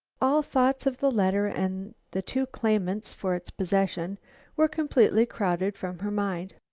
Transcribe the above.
all thoughts of the letter and the two claimants for its possession were completely crowded from her mind.